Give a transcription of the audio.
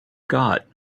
got